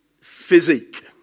physique